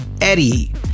Eddie